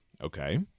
okay